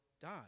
die